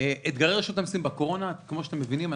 אתגרי רשות המסים בקורונה כמו שאתם מבינים,